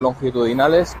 longitudinales